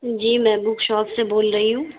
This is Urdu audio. جی میں بک شاپ سے بول رہی ہوں